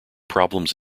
problems